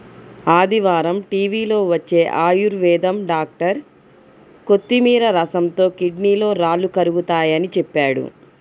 ఆదివారం టీవీలో వచ్చే ఆయుర్వేదం డాక్టర్ కొత్తిమీర రసంతో కిడ్నీలో రాళ్లు కరుగతాయని చెప్పాడు